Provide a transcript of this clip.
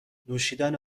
نوشیدن